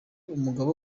umugabo